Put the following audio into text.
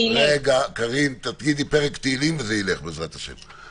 רגע, קארין, תגידי פרק תהילים וזה ילך, בעזרת השם.